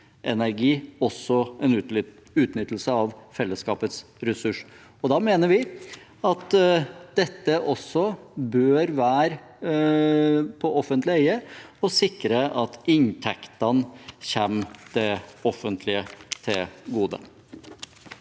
vindenergi også en utnyttelse av fellesskapets ressurs. Da mener vi at dette også bør være i offentlig eie, for å sikre at inntektene kommer det offentlige til gode.